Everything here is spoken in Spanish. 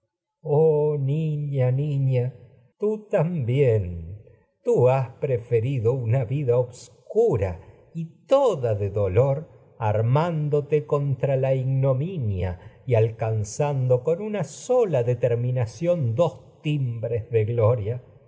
niña niña tú y también til dolor una has vida obscura y toda de con armándote contra la ignominia determinación sabia dos alcanzado sola timbres de gloria